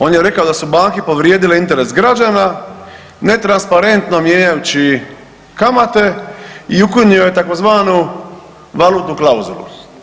On je rekao da su banke povrijedile interes građana netransparentno mijenjajući kamate i ukinuo je tzv. valutnu klauzulu.